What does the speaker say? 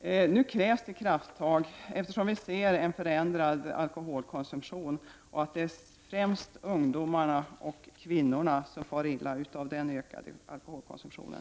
Nu krävs det krafttag. Vi ser en förändrad alkoholkonsumtion, och det är främst ungdomarna och kvinnorna som far illa av den ökade alkoholkonsumtionen.